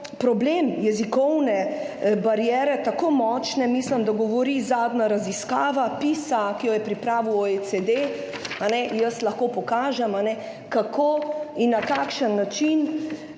so jezikovne bariere tako močan problem, mislim, da govori zadnja raziskava PISA, ki jo je pripravil OECD. Jaz lahko pokažem, kako in na kakšen način